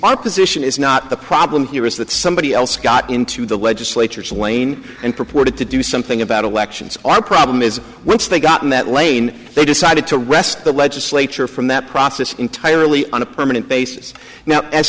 our position is not the problem here is that somebody else got into the legislature so i mean and purported to do something about elections our problem is once they got in that lane they decided to wrest the legislature from that process entirely on a permanent basis now as